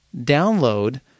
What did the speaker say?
download